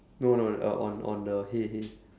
no no uh on on the hay hay